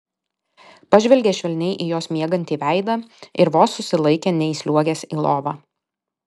pažvelgė švelniai į jos miegantį veidą ir vos susilaikė neįsliuogęs į lovą